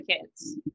kids